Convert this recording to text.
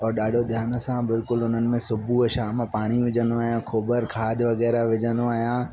और ॾाढो ध्यान सां बिल्कुलु हुननि में सुबूह शाम पाणी विझंदो आहियां गोबर खाद वग़ैरह विझंदो आहियां